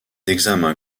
examens